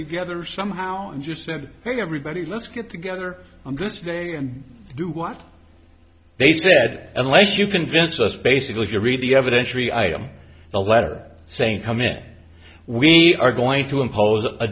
together somehow and just said hey everybody let's get together on this day and do what they said unless you convince us basically to read the evidence three item a letter saying come in we are going to impose a